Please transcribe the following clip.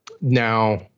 Now